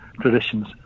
traditions